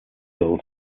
sold